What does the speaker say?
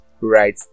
right